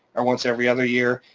or once every other year.